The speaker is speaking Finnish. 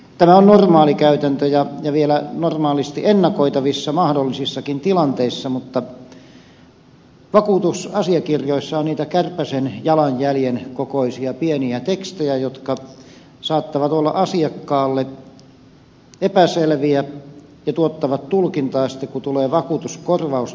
tämä on normaali käytäntö ja vielä normaalisti ennakoitavissa mahdollisissakin tilanteissa mutta vakuutusasiakirjoissa on niitä kärpäsen jalanjäljen kokoisia pieniä tekstejä jotka saattavat olla asiakkaalle epäselviä ja tuottavat tulkintaa sitten kun tulee vakuutuskorvausten aika